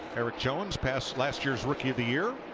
erik jones passing last year's rookie of the year.